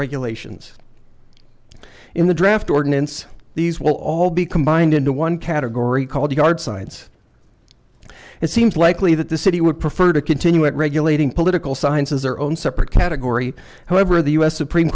regulations in the draft ordinance these will all be combined into one category called yard signs it seems likely that the city would prefer to continue at regulating political science as their own separate category however the us supreme